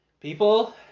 people